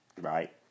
right